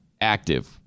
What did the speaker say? active